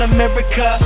America